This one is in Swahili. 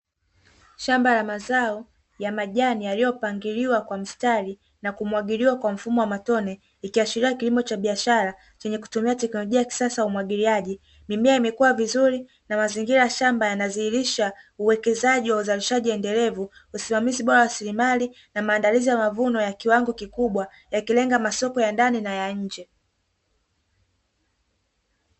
Shamba la mazao ya majani, yaliyopangiliwa kwa mstari na kumwagiliwa kwa mfumo wa matone, ikiashira kilimo cha biashara chenye kutumia teknolojia ya kisasa ya umwagiliaji. Mimea imekua vizuri na mazingira ya shamba yanadhihirisha uwekezaji wa uzalishaji endelevu, usimamizi bora wa rasilimali na maandalizi ya mavuno ya kiwango kikubwa, yakilenga masoko ya ndani na ya nje.